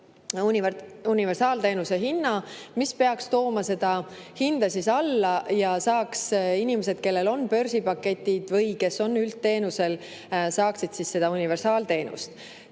universaalteenuse hinna, mis peaks tooma seda hinda alla ja inimesed, kellel on börsipakett või kes on üldteenusel, saaksid seda universaalteenust.